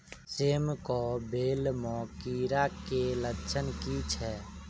सेम कऽ बेल म कीड़ा केँ लक्षण की छै?